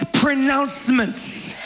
pronouncements